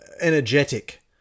energetic